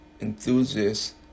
enthusiasts